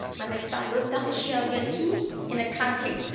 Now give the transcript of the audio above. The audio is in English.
i mean start with dr. shuoyuan he in accounting.